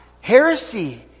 heresy